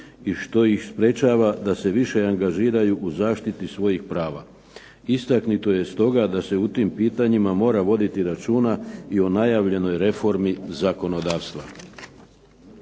i što ih sprečava da se više angažiraju u zaštiti svojih prava. Istaknuto je stoga da se u tim pitanjima mora voditi računa i o najavljenoj reformi zakonodavstva.